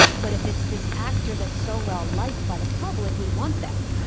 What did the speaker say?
but if it's this actor that's so well-liked by the public, we want them,